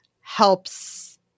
helps